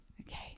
okay